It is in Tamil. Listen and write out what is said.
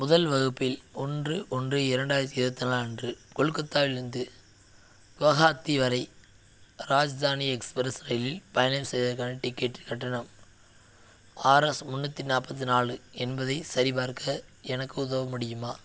முதல் வகுப்பில் ஒன்று ஒன்று இரண்டாயிரத்தி இருபத்தி நாலு அன்று கொல்கத்தாவிலிருந்து குவஹாத்தி வரை ராஜ்தானி எக்ஸ்பிரஸ் ரயிலில் பயணம் செய்வதற்கான டிக்கெட் கட்டணம் ஆர்எஸ் முன்னூற்றி நாற்பத்தி நாலு என்பதைச் சரிபார்க்க எனக்கு உதவ முடியுமா